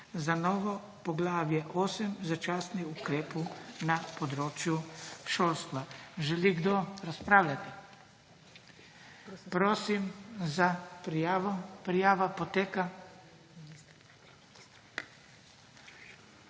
za novo poglavje 8 – začasni ukrepi na področju šolstva. Želi kdo razpravljati? Prosim za prijavo, prijava poteka.